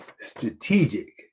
Strategic